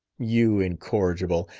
you incorrigible!